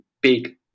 big